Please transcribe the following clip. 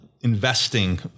investing